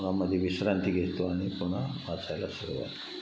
मध्ये विश्रांती घेतो आणि पुन्हा वाचायला सुरुवात